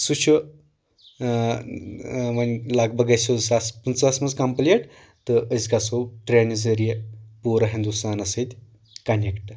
سُہ چھُ ؤنۍ لگ بگ گژھِ سُہ زٕ ساس پٕنٛژٕہس منٛز کمپٕلیٖٹ تہٕ أسۍ گژھو ٹرینہِ ذٔریعہٕ پوٗرٕ ہندوستانس سۭتۍ کنٮ۪کٹ